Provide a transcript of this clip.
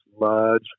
large